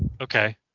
Okay